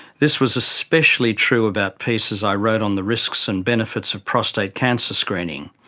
this was especially true about pieces i wrote on the risks and benefits of prostate cancer screening.